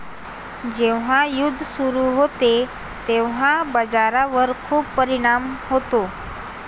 जेव्हा युद्ध सुरू होते तेव्हा बाजारावर खूप परिणाम होतो